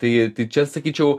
tai čia sakyčiau